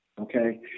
Okay